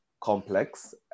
complex